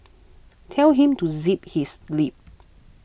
tell him to zip his lip